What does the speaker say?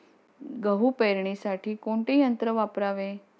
गहू पेरणीसाठी कोणते यंत्र वापरावे?